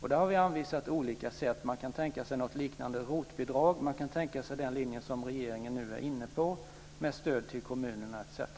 Vi har då anvisat olika sätt. Man kan tänka sig någonting liknande ROT-bidrag. Man kan tänka sig den linje som regeringen nu är inne på med stöd till kommunerna, etc.